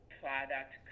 product